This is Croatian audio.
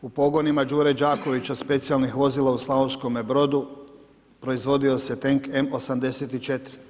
U pogonima Đure Đakovića specijalnih vozila u Slavonskom Brodu proizvodio se tenk M84.